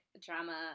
drama